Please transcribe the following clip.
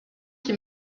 qui